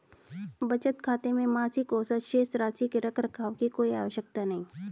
बचत खाते में मासिक औसत शेष राशि के रख रखाव की कोई आवश्यकता नहीं